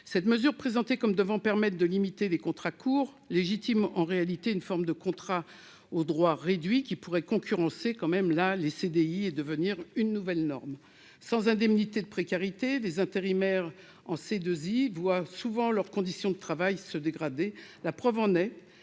Cette mesure, présentée comme devant limiter le recours aux contrats courts, légitime en réalité une forme de contrat aux droits réduits qui pourrait concurrencer le CDI et devenir une nouvelle norme. Privés d'indemnités de précarité, les intérimaires en CDII voient souvent leurs conditions de travail se dégrader. La preuve en est